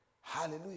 Hallelujah